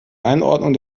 einordnung